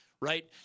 right